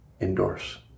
endorse